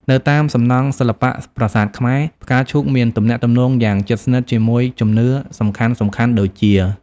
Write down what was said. នៅតាមសំណង់សិល្បៈប្រាសាទខ្មែរ ផ្កាឈូកមានទំនាក់ទំនងយ៉ាងជិតស្និទ្ធជាមួយជំនឿសំខាន់ៗដូចជា៖